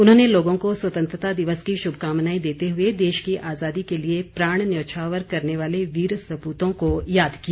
उन्होंने लोगों को स्वतंत्रता दिवस की शुभकामनाएं देते हुए देश की आजादी के लिए प्राण न्यौछावर करने वाले वीर सप्रतो को याद किया